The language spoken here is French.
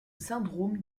syndrome